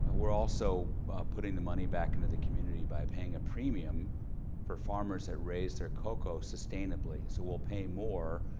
ah we're also putting the money back into the community by paying a premium for farmers that raise their cocoa sustainably, so we'll pay more,